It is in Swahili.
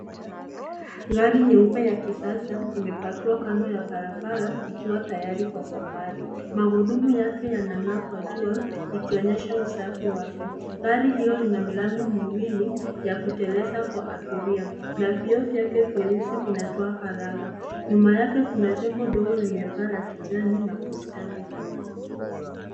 Gari nyeupe ya kisasa, imepakiwa kando ya barabara, ikiwa tayari kwa safari. Magurudumu yake yanang’aa kwa jua, ikionyesha usafi wake. Gari hilo lina milango miwili, ya kuteleza kwa abiria na vioo vyake vyeusi vinatoa faragha. Nyuma yake kuna jengo dogo lenye paa la kijani na bustani ndogo.